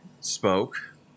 spoke